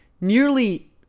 Nearly